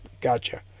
gotcha